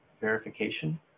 verification